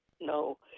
no